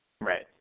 Right